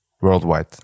worldwide